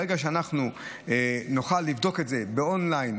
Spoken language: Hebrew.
ברגע שנוכל לבדוק את זה און-ליין,